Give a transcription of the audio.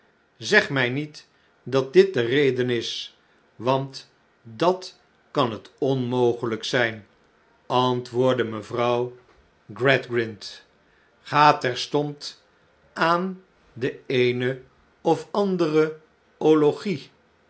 zeg mij niet dat dit de reden is want dat kan het onmogelijk zijn antwobrdde mevrouw gradgrind ga terstond aan de eene of andere ologie